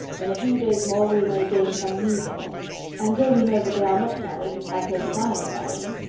in a few days more we may gain some news of them and till we know that they are not married, and have no design of marrying,